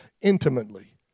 intimately